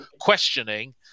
questioning